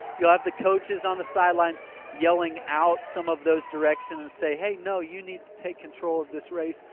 you'll have the coaches on the sidelines yelling out some of those directions, say, hey, no, you need to take control of this race.